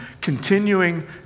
continuing